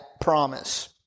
promise